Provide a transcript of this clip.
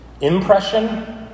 Impression